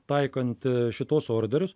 taikant šituos orderius